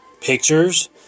pictures